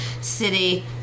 City